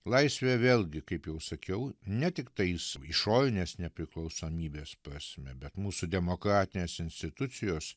laisvė vėlgi kaip jau sakiau ne tiktais išorinės nepriklausomybės prasme bet mūsų demokratinės institucijos